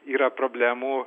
yra problemų